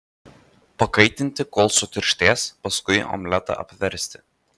pakaitinti kol sutirštės paskui omletą apversti